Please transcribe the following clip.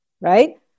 Right